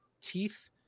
teeth